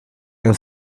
and